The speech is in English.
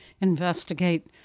investigate